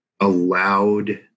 allowed